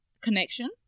connection